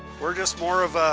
we're just more of ah